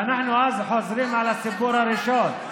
ואנחנו חוזרים לסיפור הראשון,